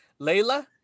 Layla